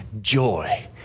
joy